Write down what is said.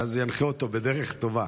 ואז הוא ינחה אותו בדרך טובה.